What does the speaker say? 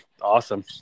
awesome